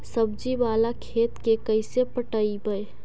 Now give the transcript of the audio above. सब्जी बाला खेत के कैसे पटइबै?